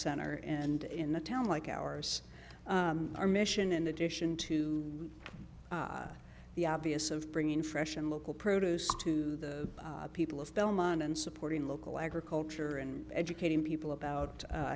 center and in the town like ours our mission in addition to the obvious of bringing fresh and local produce to the people of belmont and supporting local agriculture and educating people about